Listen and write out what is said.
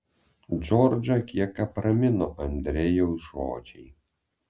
džordžą kiek apramino andrejaus žodžiai